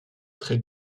très